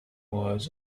words